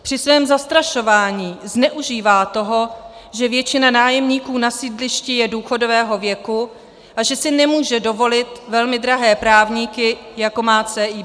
Při svém zastrašování zneužívá toho, že většina nájemníků na sídlišti je důchodového věku a že si nemůže dovolit velmi drahé právníky, jako má CIB.